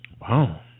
Wow